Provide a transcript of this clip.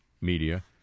Media